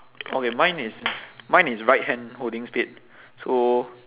okay mine is mine is right hand holding spade so